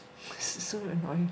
it's so annoying